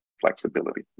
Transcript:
flexibility